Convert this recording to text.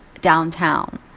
downtown